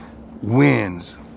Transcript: wins